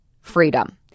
freedom